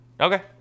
Okay